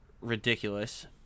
ridiculous